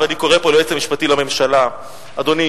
ואני קורא פה ליועץ המשפטי לממשלה: אדוני,